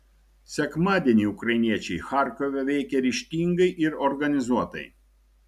sekmadienį ukrainiečiai charkove veikė ryžtingai ir organizuotai